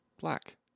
Black